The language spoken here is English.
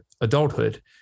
adulthood